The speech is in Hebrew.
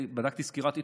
בדקתי סקירת עיתונות.